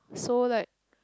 so like